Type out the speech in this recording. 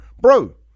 Bro